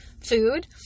food